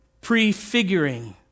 prefiguring